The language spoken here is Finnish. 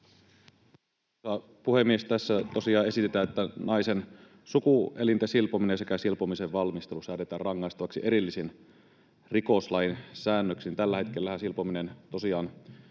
Puhemies! Tässä tosiaan esitetään, että naisen sukuelinten silpominen sekä silpomisen valmistelu säädetään rangaistavaksi erillisin rikoslain säännöksin. Tällä hetkellähän silpominen tosiaan